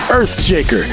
Earthshaker